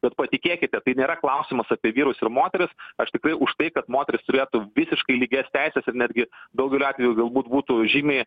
bet patikėkite tai nėra klausimas apie vyrus ir moteris aš tikrai už tai kad moterys turėtų visiškai lygias teises ir netgi daugeliu atveju galbūt būtų žymiai